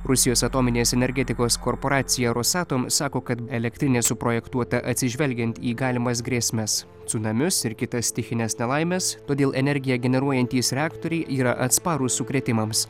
rusijos atominės energetikos korporacija rosatom sako kad elektrinė suprojektuota atsižvelgiant į galimas grėsmes cunamius ir kitas stichines nelaimes todėl energiją generuojantys reaktoriai yra atsparūs sukrėtimams